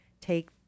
take